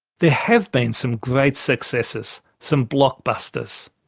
there have been some great successes some blockbusters.